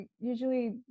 usually